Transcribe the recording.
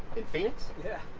in phoenix? yeah.